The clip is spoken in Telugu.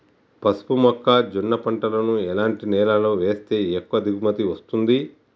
పసుపు మొక్క జొన్న పంటలను ఎలాంటి నేలలో వేస్తే ఎక్కువ దిగుమతి వస్తుంది?